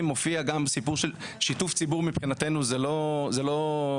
מופיע ששיתוף ציבור מבחינתנו זה לא חסד,